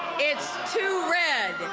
it's too red,